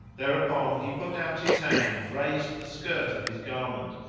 thereupon he put out his hand and raised the skirt of his garment,